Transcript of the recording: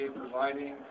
providing